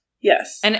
Yes